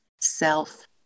self